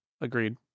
agreed